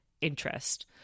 interest